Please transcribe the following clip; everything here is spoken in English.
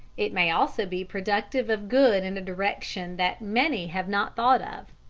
it may also be productive of good in a direction that many have not thought of.